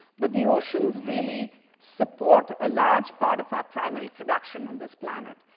but the oceans really support a large part of our primary production on this planet.